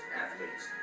athletes